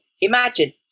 Imagine